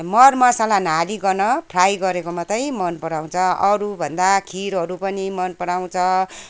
मरमसाला नहालिकन फ्राई गरेको मात्रै मनपराउँछ अरू भन्दा खिरहरू पनि मनपराउँछ